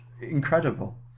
incredible